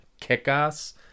Kick-Ass